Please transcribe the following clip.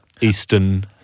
eastern